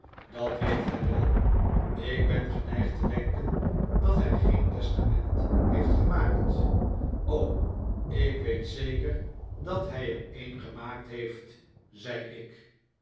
dat weet gij wel ik ben geneigd te denken dat hij geen testament heeft gemaakt ik weet zeker dat hij er een gemaakt heeft zei ik